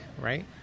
right